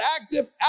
active